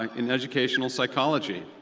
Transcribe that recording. in educational psychology.